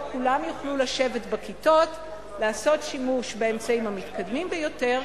כולם יוכלו לשבת בכיתות ולעשות שימוש באמצעים המתקדמים ביותר,